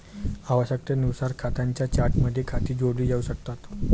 आवश्यकतेनुसार खात्यांच्या चार्टमध्ये खाती जोडली जाऊ शकतात